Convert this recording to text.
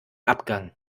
abgang